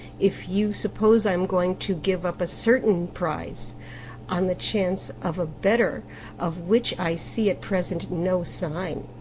if you suppose i am going to give up a certain prize on the chance of a better of which i see at present no signs.